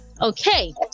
Okay